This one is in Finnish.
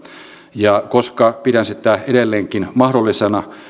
ja koska pidän sitä edelleenkin mahdollisena